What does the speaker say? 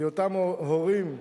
היותם הורים,